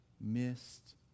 missed